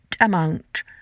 amount